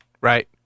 right